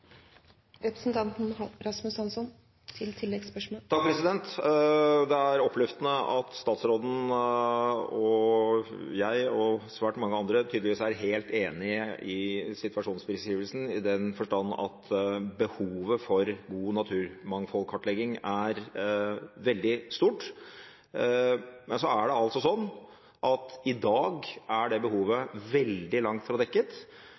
Det er oppløftende at statsråden og jeg og svært mange andre tydeligvis er helt enig i situasjonsbeskrivelsen, i den forstand at behovet for god naturmangfoldkartlegging er veldig stort. Men så er det altså sånn at i dag er det behovet veldig langt fra å være dekket,